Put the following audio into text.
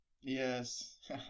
Yes